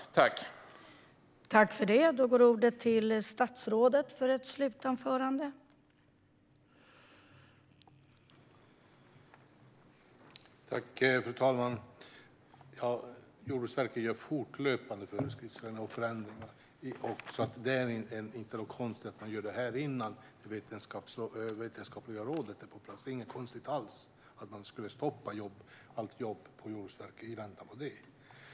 Det tycker jag är ett minimikrav.